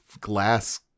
glass